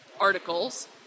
articles